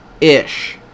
ish